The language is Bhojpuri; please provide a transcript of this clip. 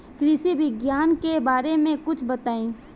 कृषि विज्ञान के बारे में कुछ बताई